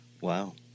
Wow